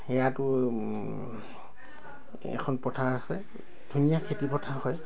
সেয়াতো এখন পথাৰ আছে ধুনীয়া খেতি পথাৰ হয়